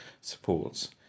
supports